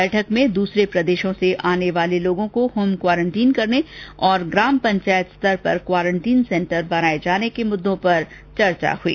बैठक में दूसरे प्रदेशों से आने वाले को होम क्वारंटीन करने तथा ग्राम पंचायत स्तर पर क्वारंटीन सेंटर बनाए जाने को मुद्दों पर चर्चा हुई